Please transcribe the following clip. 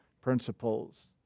principles